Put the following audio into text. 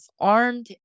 armed